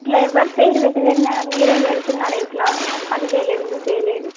ఇలా ఎవ్వరు పేరు పెట్టలేదు మేడం మీరే పెడుతున్నారు ఇలా అది చేయలేదు ఇది చేయలేదు